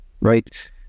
right